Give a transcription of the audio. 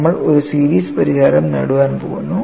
നമ്മൾ ഒരു സീരീസ് പരിഹാരം നേടാൻ പോകുന്നു